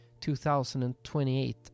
2028